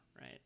right